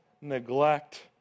neglect